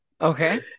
Okay